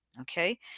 okay